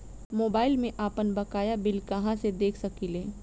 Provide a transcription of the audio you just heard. Mobile में आपनबकाया bill कहाँसे देख सकिले?